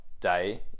day